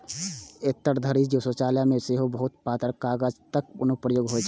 एतय धरि जे शौचालय मे सेहो बहुत पातर कागतक अनुप्रयोग होइ छै